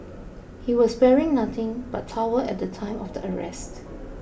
he was wearing nothing but towel at the time of the arrest